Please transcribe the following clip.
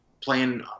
playing